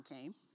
came